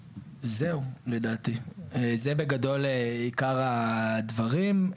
זהו, לדעתי, זה בגדול עיקר הדברים.